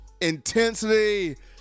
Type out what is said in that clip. intensity